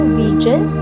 region